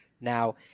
now